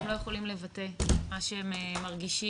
הם לא יכולים לבטא את מה שהם מרגישים,